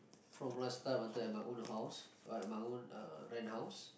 from last time until at my own house like my own uh rent house